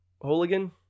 Hooligan